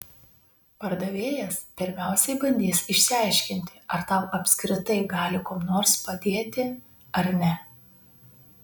pardavėjas pirmiausiai bandys išsiaiškinti ar tau apskritai gali kuom nors padėti ar ne